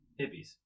hippies